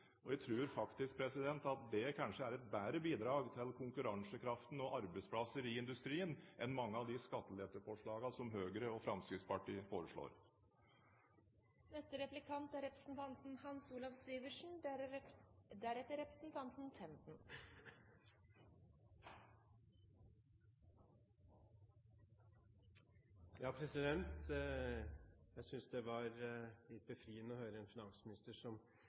framover. Jeg tror faktisk at det kanskje er et bedre bidrag til konkurransekraften og arbeidsplasser i industrien enn mange av de skatteletteforslagene som Høyre og Fremskrittspartiet foreslår. Jeg synes det var befriende å høre en finansminister